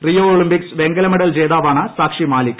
Rio Olympics വെങ്കല medal ജേതാവാണ് സാക്ഷിമാലിക്